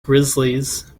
grizzlies